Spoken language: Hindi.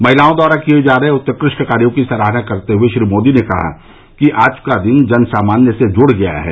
महिलाओं द्वारा किये जा रहे उत्कृष्ट कार्यों की सराहना करते हुये श्री मोदी ने कहा कि आज का दिन जन सामान्य से जुड़ गया है